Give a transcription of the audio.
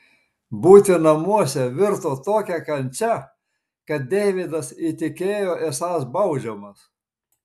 būti namuose virto tokia kančia kad deividas įtikėjo esąs baudžiamas